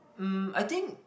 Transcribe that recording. um I think